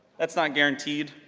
that's not guaranteed,